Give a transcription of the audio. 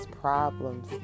problems